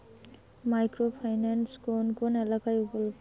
Micro finance কোন কোন এলাকায় উপলব্ধ?